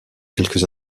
quelques